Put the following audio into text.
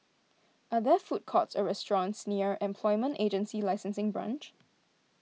are there food courts or restaurants near Employment Agency Licensing Branch